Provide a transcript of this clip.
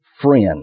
friend